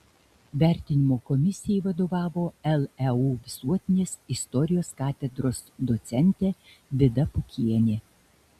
vertinimo komisijai vadovavo leu visuotinės istorijos katedros docentė vida pukienė